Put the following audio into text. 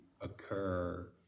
occur